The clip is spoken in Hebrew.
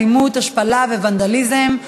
אלימות השפלה וונדליזם.